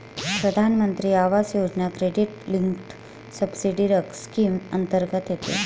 प्रधानमंत्री Awas Yojana credit linked subsidy scheme अंतर्गत येते